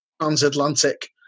transatlantic